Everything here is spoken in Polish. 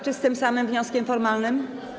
Czy z tym samym wnioskiem formalnym?